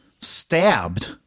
stabbed